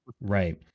Right